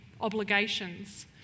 obligations